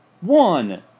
One